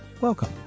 Welcome